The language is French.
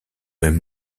même